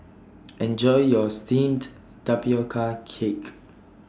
Enjoy your Steamed Tapioca Cake